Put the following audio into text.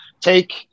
take